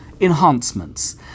enhancements